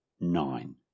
nine